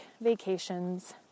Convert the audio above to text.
vacations